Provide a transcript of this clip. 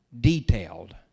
detailed